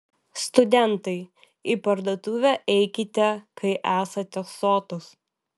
studentai į parduotuvę eikite kai esate sotūs